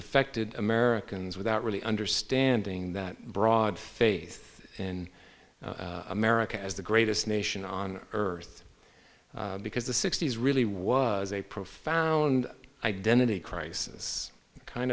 affected americans without really understanding that broad faith in america as the greatest nation on earth because the sixty's really was a profound identity crisis kind